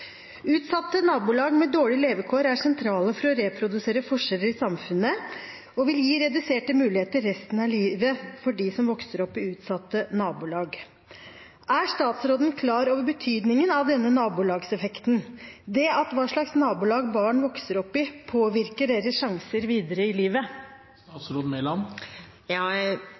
Utsatte nabolag med dårlige levekår er sentrale for å reprodusere forskjeller i samfunnet og vil gi reduserte muligheter resten av livet for dem som vokser opp der. Er statsråden klar over betydningen av denne nabolagseffekten – det at hva slags nabolag barn vokser opp i, påvirker deres sjanser videre i livet?